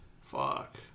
Fuck